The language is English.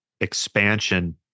expansion